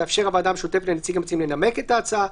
תאפשר הוועדה המשותפת לנציג המציעים לנמק את ההצעה.